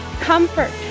comfort